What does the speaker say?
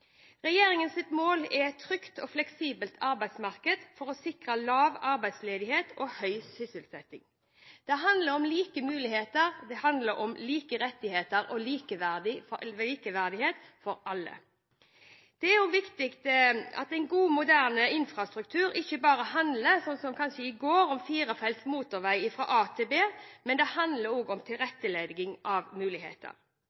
mål er et trygt og fleksibelt arbeidsmarked, for å sikre lav arbeidsledighet og høy sysselsetting. Det handler om like muligheter, det handler om like rettigheter og likeverdighet for alle. Det er også viktig at en god, moderne infrastruktur ikke bare handler om – sånn som i går, kanskje – firefelts motorvei fra A til B. Det handler også om